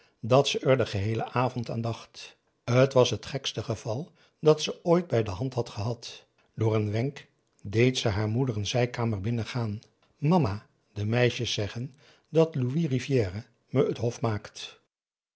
dat ze er den geheelen avond aan dacht t was het gekste geval dat ze ooit bij de hand had gehad door een wenk deed ze haar moeder een zijkamer binnen gaan mama de meisjes zeggen dat louis rivière me het hof maakt